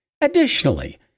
Additionally